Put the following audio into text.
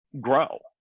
grow